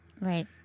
Right